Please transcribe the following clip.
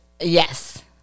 Yes